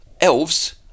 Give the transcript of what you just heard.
Elves